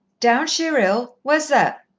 downshire ill? where's that?